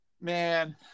Man